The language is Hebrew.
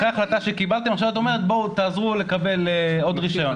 אחרי ההחלטה שקיבלתם את אומרת 'בואו תעזרו לקבל עוד רישיון',